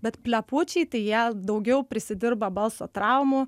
bet plepučiai tai jie daugiau prisidirba balso traumų